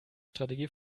strategie